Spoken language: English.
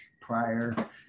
prior